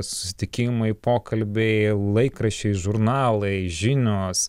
susitikimai pokalbiai laikraščiai žurnalai žinios